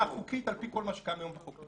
חוקית על פי כל מה שקיים היום בחוק.